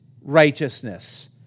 righteousness